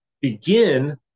Begin